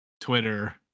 twitter